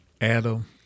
Adam